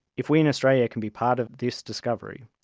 if we in australia can be part of this discovery,